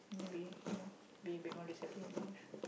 maybe you know be a bit more disciplined